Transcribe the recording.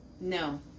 No